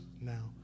now